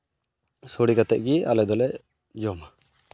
ᱥᱚᱲᱮ ᱠᱟᱛᱮ ᱜᱮ ᱟᱞᱮ ᱫᱚᱞᱮ ᱡᱚᱢᱟ